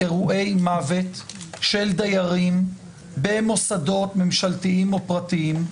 אירועי מוות של דיירים במוסדות ממשלתיים או פרטיים,